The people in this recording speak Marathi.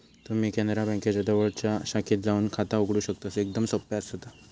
तुम्ही कॅनरा बँकेच्या जवळच्या शाखेत जाऊन खाता उघडू शकतस, एकदमच सोप्या आसा ता